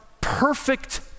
perfect